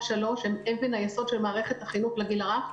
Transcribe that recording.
שלוש הם אבן היסוד של מערכת החינוך לגיל הרך,